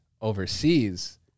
overseas